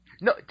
No